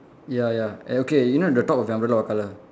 ya ya eh okay you know the top of the umbrella what colour